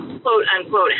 quote-unquote